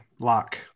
lock